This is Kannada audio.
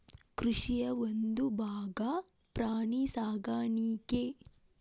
ಕೃಷಿಯ ಒಂದುಭಾಗಾ ಪ್ರಾಣಿ ಸಾಕಾಣಿಕೆ